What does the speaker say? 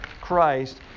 Christ